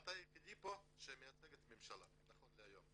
אתה היחידי פה שמייצג את הממשלה נכון להיום.